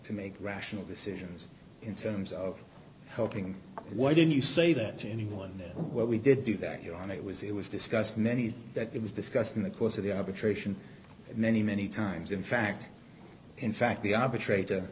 to make rational decisions in terms of helping them why didn't you say that to anyone then what we did do that you on it was it was discussed many that it was discussed in the course of the arbitration many many times in fact in fact the arbitrator